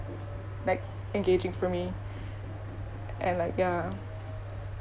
like engaging for me and like ya